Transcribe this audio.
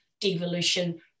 devolution